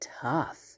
tough